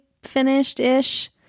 finished-ish